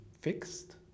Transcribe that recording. fixed